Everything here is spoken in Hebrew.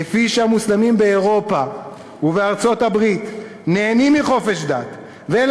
כפי שהמוסלמים באירופה ובארצות-הברית נהנים מחופש דת ואין